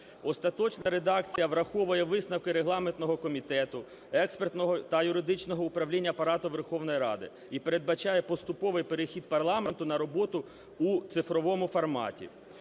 Остаточна редакція враховує висновки регламентного комітету, експертного та юридичного управління Апарату Верховної Ради і передбачає поступовий перехід парламенту на роботу у цифровому форматі.